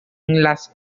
las